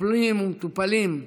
במטפלים ובמטופלים.